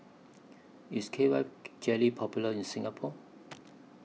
IS K Y Jelly Popular in Singapore